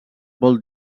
vol